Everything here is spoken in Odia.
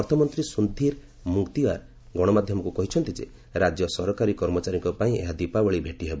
ଅର୍ଥମନ୍ତ୍ରୀ ସୁଧୀର ମୁଙ୍ଗାତିଓ୍ୱାର ଗଣମାଧ୍ୟମକୁ କହିଛନ୍ତି ଯେ ରାଜ୍ୟ ସରକାରୀ କର୍ମଚାରୀଙ୍କ ପାଇଁ ଏହା ଦୀପାବଳୀ ଭେଟି ହେବ